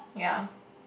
yeah